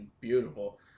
beautiful